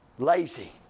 Lazy